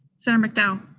senator mcdowell?